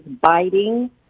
biting